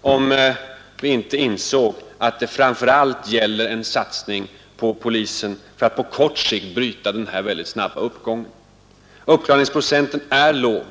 om vi inte insåg att det framför allt gäller en satsning på polisen för att därigenom på kort sikt bryta den snabba uppgången. Uppklaringsprocenten är låg.